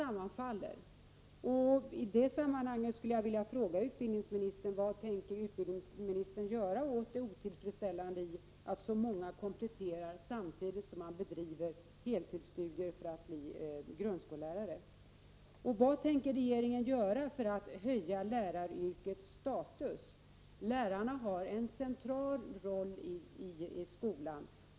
Vad tänker utbildningsministern göra åt det otillfredsställande i att så många elever kompletterar ämnen samtidigt som de bedriver heltidsstudier för att bli grundskolelärare? Vad tänker regeringen göra för att höja läraryrkets status? Lärarna har en central roll i skolan.